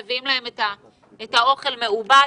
מביאים להם את האוכל מעובד.